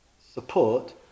support